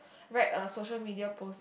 write a social media post